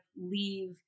leave